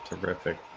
Terrific